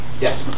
Yes